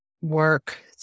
work